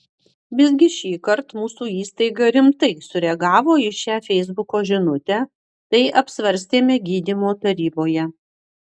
visgi šįkart mūsų įstaiga rimtai sureagavo į šią feisbuko žinutę tai apsvarstėme gydymo taryboje